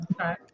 Okay